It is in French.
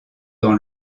dans